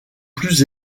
plus